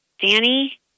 Danny